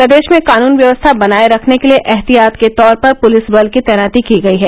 प्रदेश में कानून व्यवस्था बनाए रखने के लिए एहतियात के तौर पर पुलिस बल की तैनाती की गयी है